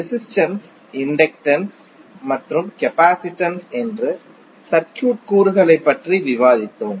resistance inductance மற்றும் capacitance என்று circuit கூறுகளைப் பற்றி விவாதித்தோம்